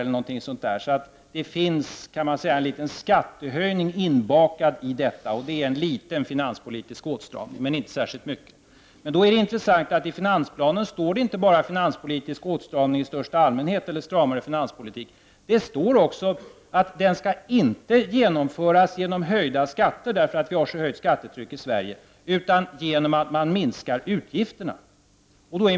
Man kan säga att det finns en liten skattehöjning inbakad i detta, och det är en liten finanspolitisk åtstramning. Det är inte särskilt mycket. Det intressanta är då att det i finansplanen inte bara står talat om finanspolitisk åtstramning i största allmänhet eller om stramare finanspolitik, utan det står också att den inte skall genomföras genom höjda skatter, eftersom vi har så högt skattetryck i Sverige, utan genom att man minskar utgifterna.